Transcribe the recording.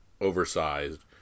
oversized